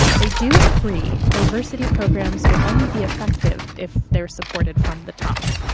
they do agree diversity programs will only be effective if they're supported from the top.